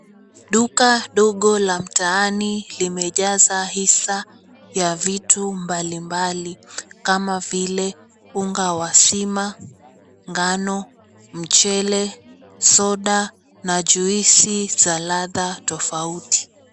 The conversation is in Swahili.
Duka dogo la mtaani limejaza hisa ya vitu mbalimbali kama vile; unga wa sima, ngano, mchele, soda na juice za ladha tofauti.